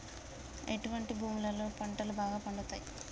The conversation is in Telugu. ఎటువంటి భూములలో పంటలు బాగా పండుతయ్?